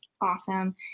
Awesome